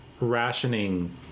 rationing